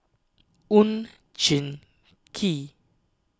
Oon Jin Gee